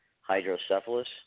hydrocephalus